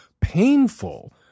painful